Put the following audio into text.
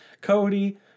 Cody